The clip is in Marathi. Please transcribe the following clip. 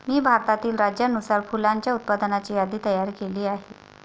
मी भारतातील राज्यानुसार फुलांच्या उत्पादनाची यादी तयार केली आहे